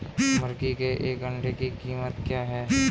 मुर्गी के एक अंडे की कीमत क्या है?